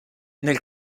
nel